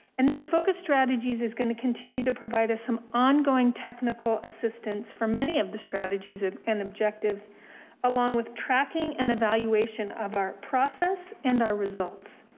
and then focus strategies is gonna continue to provide us some ongoing technical assistance for many of the strategies ah and objectives along with tracking and evaluation of our process and our results.